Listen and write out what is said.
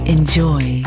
Enjoy